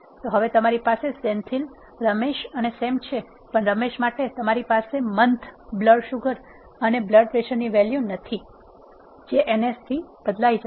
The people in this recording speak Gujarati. તો હવે તમારી પાસે સેન્થીલરમેશ અને સેમ છે પણ રમેશ માટે તમારી પાસે મન્થ બ્લડ સુગર અને બ્લડ પ્રેશર ની વેલ્યુ નથી જે n s થી બદલાઇ જશે